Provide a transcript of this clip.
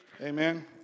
Amen